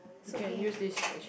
it's okay